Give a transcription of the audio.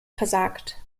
versagt